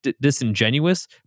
disingenuous